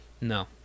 No